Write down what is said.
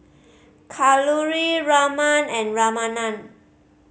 Kalluri Raman and Ramanand